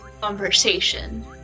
conversation